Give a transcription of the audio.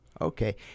Okay